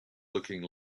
looking